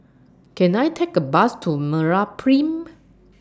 Can I Take A Bus to Meraprime